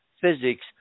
physics